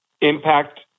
impact